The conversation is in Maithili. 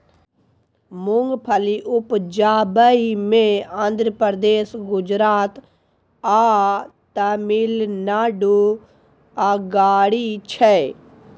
मूंगफली उपजाबइ मे आंध्र प्रदेश, गुजरात आ तमिलनाडु अगारी छै